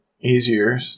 easier